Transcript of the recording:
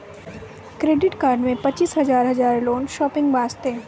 Credit card मे पचीस हजार हजार लोन शॉपिंग वस्ते?